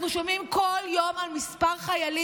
אנחנו שומעים כל יום על כמה חיילים.